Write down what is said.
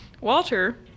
Walter